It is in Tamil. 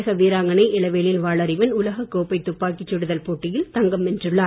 தமிழக வீராங்கனை இளவேனில் வளறிவான் உலக கோப்பை துப்பாக்கிச் சுடுதல் போட்டியில் தங்கம் வென்றுள்ளார்